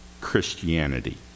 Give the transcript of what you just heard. Christianity